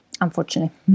Unfortunately